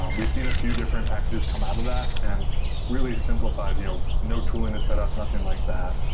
um we've seen a few different packages come out of that and really simplified you know node tooling to set up, nothing like that.